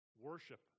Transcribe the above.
worship